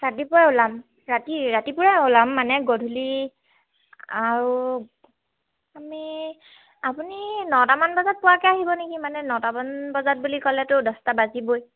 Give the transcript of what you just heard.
ৰাতিপুৱাই ওলাম ৰাতি ৰাতিপুৱাই ওলাম মানে গধূলি আৰু আমি আপুনি নটামান বজাত পোৱাকে আহিব নেকি মানে নটামান বজাত বুলি ক'লেতো দছটা বাজিবই